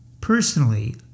Personally